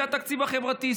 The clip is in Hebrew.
זה התקציב החברתי,